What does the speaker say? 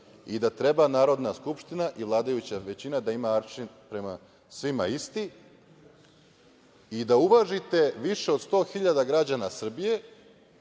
i da treba Narodna skupština i vladajuća većina da ima aršin prema svima isti i da uvažite više od 100.000 građana Srbije